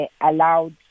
allowed